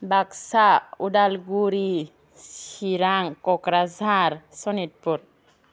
Baksa Udalguri Chirang Kokrajhar Sonitpur